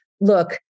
look